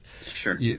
Sure